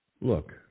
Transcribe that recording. Look